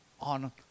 on